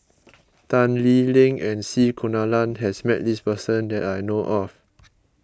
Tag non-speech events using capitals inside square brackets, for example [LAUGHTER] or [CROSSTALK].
[NOISE] Tan Lee Leng and C Kunalan has met this person that I know of